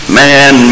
man